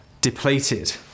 depleted